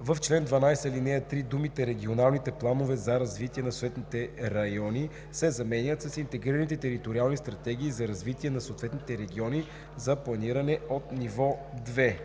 в чл. 12, ал. 3 думите „регионалните планове за развитие на съответните райони“ се заменят с „интегрираните териториални стратегии за развитие на съответните региони за планиране от ниво 2“.“